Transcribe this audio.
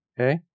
okay